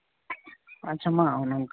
ᱟᱪᱪᱷᱟ ᱢᱟ